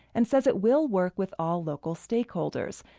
and says it will work with all local stakeholders.